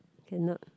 cannot